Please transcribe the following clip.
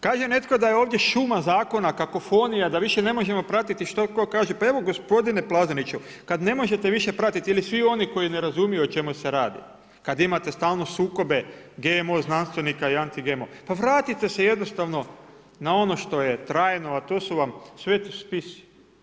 Kaže netko da je ovdje šuma zakona, kakofonija, da više ne možemo pratiti što tko kaže, pa evo gospodine Plazoniću, kad ne možete više pratiti ili svi oni koji ne razumiju o čemu se radi, kad imate stalno sukobe GMO znanstvenika i anti GMO, pa vratite se jednostavno na ono što je trajno a to su vam sveti spisi.